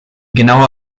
genaue